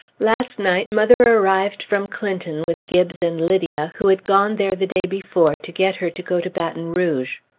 last night mother arrived from clinton with gibbes and lydia, who had gone there the day before to get her to go to baton rouge.